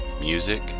music